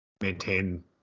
maintain